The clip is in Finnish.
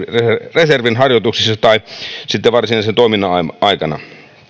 reservin harjoituksissa tai sitten varsinaisen toiminnan aikana